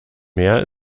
meer